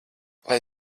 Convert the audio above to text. lai